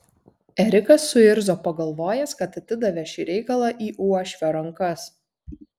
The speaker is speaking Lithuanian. erikas suirzo pagalvojęs kad atidavė šį reikalą į uošvio rankas